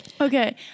Okay